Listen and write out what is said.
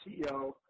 CEO